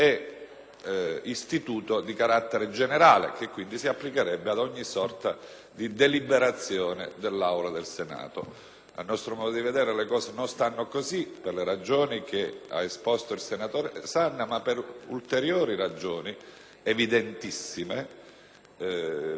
pregiudiziale è un istituto di carattere generale e che quindi si applicherebbe ad ogni sorta di deliberazione dell'Aula del Senato. A nostro modo di vedere, le cose non stanno così, per le ragioni che ha esposto il senatore Sanna, ma anche per ulteriori ragioni molto evidenti,